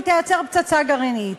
היא תייצר פצצה גרעינית.